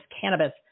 Cannabis